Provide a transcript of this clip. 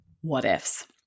what-ifs